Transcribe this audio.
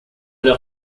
leur